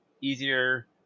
easier